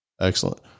Excellent